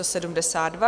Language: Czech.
72.